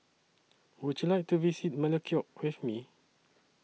Would YOU like to visit Melekeok with Me